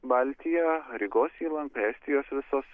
baltija rygos įlanka estijos visos